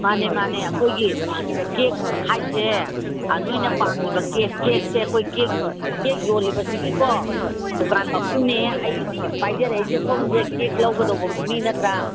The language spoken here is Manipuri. ꯃꯥꯅꯦ ꯃꯥꯅꯦ ꯑꯩꯈꯣꯏꯒꯤ ꯀꯦꯛ ꯍꯥꯏꯁꯦ ꯅꯣꯏꯅ ꯄꯥꯝꯃꯤꯕ ꯀꯦꯛꯁꯦ ꯑꯩꯈꯣꯏ ꯀꯦꯛ ꯌꯣꯜꯂꯤꯕꯁꯤꯒꯤꯀꯣ ꯗꯨꯀꯥꯟ ꯃꯄꯨꯅꯦ ꯑꯩ ꯄꯥꯏꯖꯔꯛꯏꯁꯦ ꯁꯣꯝꯁꯦ ꯀꯦꯛ ꯂꯧꯒꯗꯧꯕ ꯃꯤ ꯅꯠꯇ꯭ꯔꯥ